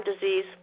disease